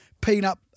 peanut